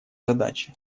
задачи